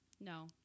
No